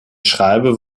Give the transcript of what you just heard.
schreibe